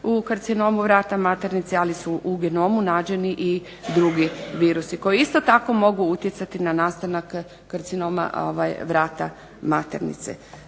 u karcinom vrata maternice ali su u genomu nađeni i drugi virusi koji isto tako mogu utjecati na nastanak karcinoma vrata maternice.